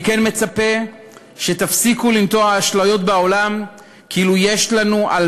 אני כן מצפה שתפסיקו לנטוע אשליות בעולם כאילו יש לנו על